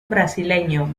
brasileño